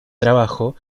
trabajo